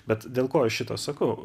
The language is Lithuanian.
bet dėl ko aš šitą sakau